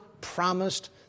promised